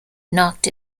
knocked